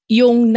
yung